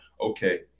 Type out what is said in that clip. okay